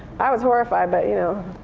i was horrified, but you know